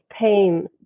pain